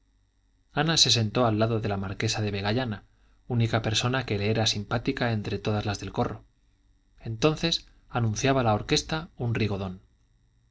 ana se sentó al lado de la marquesa de vegallana única persona que le era simpática entre todas las del corro entonces anunciaba la orquesta un rigodón y